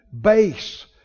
base